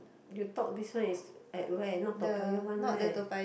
you talk this one is at where not Toa-Payoh one right